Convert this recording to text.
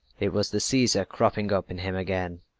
it was the caesar cropping up in him again.